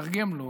תתרגם לו,